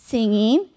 Singing